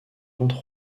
entre